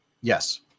Yes